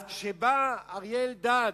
אז כשבא אריה אלדד,